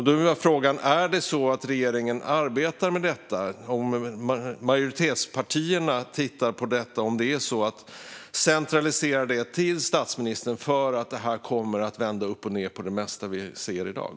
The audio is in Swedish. Då vill jag fråga om det är så att regeringen arbetar med detta och om majoritetspartierna tittar på att centralisera det till statsministern därför att det här kommer att vända upp och ned på det mesta vi ser i dag.